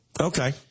Okay